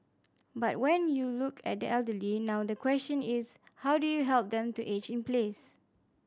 but when you look at the elderly now the question is how do you help them to age in place